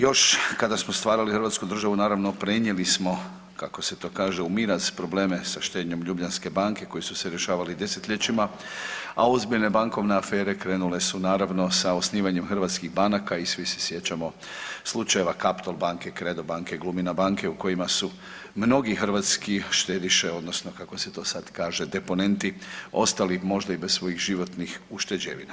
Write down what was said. Još kada smo stvarali Hrvatsku državu naravno prenijeli smo kako se to kaže u miraz probleme sa štednjom Ljubljanske banke koji su se rješavali desetljećima, a ozbiljne bankovne afere krenule su sa osnivanjem hrvatskih banaka i svi se sjećamo slučaja Kaptol banke, Credo banke, Glumina banke u kojima su mnogi hrvatski štediše odnosno kako se to sad kaže deponenti, ostali možda i bez svojih životnih ušteđevina.